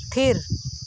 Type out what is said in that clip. ᱛᱷᱤᱨ